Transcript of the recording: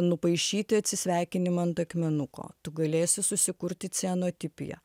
nupaišyti atsisveikinimą ant akmenuko tu galėsi susikurti cianotipiją